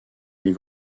les